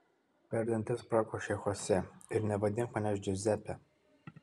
per dantis prakošė chose ir nevadink manęs džiuzepe